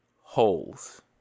holes